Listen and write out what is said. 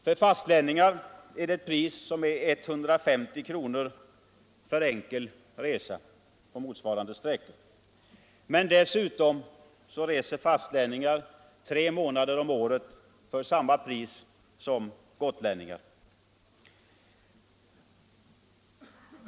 För fastlänningar är priset 150 kr. för enkel resa på motsvarande sträcka. Men dessutom kan fastlänningar under tre månader av året flyga för samma pris som gotlänningarna.